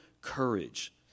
courage